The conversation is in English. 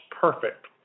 perfect